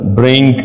bring